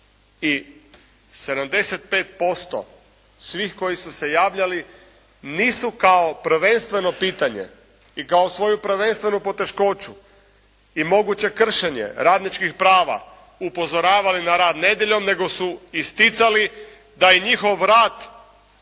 i 75% svih koji su se javljali nisu kao prvenstveno pitanje i kao svoju prvenstvenu poteškoću i moguće kršenje radničkih prava upozoravali rad nedjeljom nego su isticali da je njihov rad